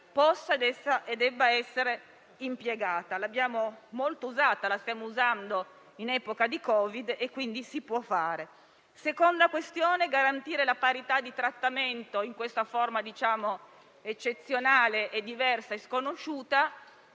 possa e debba essere impiegata. L'abbiamo usata e la stiamo usando molto in epoca di Covid, quindi si può fare. La seconda questione è garantire la parità di trattamento, in questa forma eccezionale, diversa e sconosciuta,